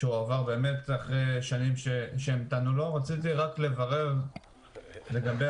שעבר אחרי שנים שהמתנו לו.הוא יביא בשורה טובה לצרכנים.